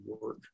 work